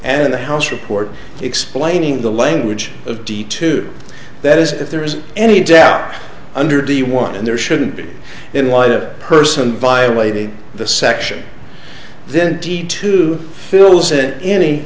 and the house report explaining the language of d two that is if there is any doubt under the want and there shouldn't be in light a person violating the section then the two fills it any